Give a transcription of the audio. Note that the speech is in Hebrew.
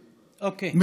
אוקיי, תודה.